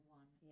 one